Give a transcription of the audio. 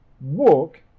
Walk